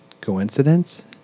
Coincidence